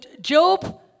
Job